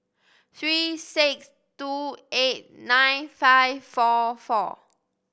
three six two eight nine five four four